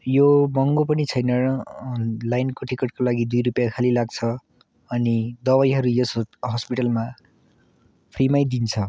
यो महँगो पनि छैन र लाइनको टिकटको लागि दुई रुपियाँ खालि लाग्छ अनि दबाईहरू यस ह हस्पिटलमा फ्रीमै दिन्छ